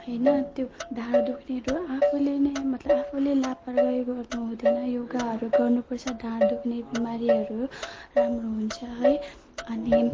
होइन त्यो ढाड दुख्नेहरू आफैले नै मतलब आफूले लापरवाही गर्नुहुँदैन योगाहरू गर्नुपर्छ ढाड दुख्ने बिमारीहरू राम्रो हुन्छ है अनि